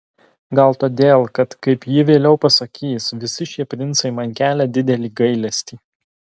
gal todėl kad kaip ji vėliau pasakys visi šie princai man kelia didelį gailestį